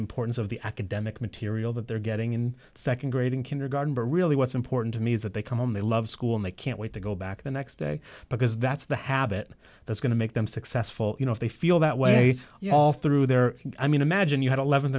importance of the academic material that they're getting in nd grade in kindergarten but really what's important to me is that they come and they love school and they can't wait to go back the next day because that's the habit that's going to make them successful you know if they feel that way all through their i mean imagine you had eleven th